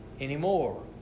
anymore